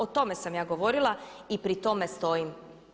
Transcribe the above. O tome sam ja govorila i pri tome stojim.